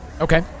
Okay